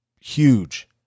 huge